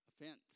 offense